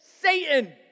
Satan